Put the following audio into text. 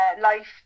life